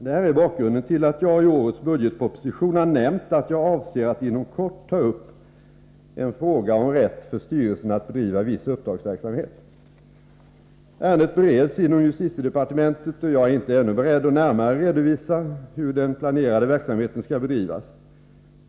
Detta är bakgrunden till att jag i årets budgetproposition har nämnt att jag avser att inom kort ta upp en fråga om rätt för styrelsen att bedriva viss uppdragsverksamhet. Ärendet bereds inom justitiedepartementet, och jag är inte ännu beredd att närmare redovisa hur den planerade verksamheten skall bedrivas.